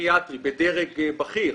פסיכיאטרי בדרג בכיר,